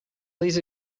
these